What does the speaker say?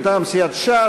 מטעם סיעת ש"ס,